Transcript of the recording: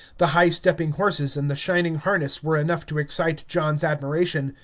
the high-stepping horses and the shining harness were enough to excite john's admiration,